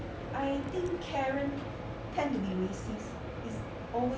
I think karen tend to be racist it's always